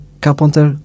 Carpenter